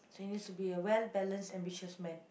so he needs to be a well-balanced ambitious man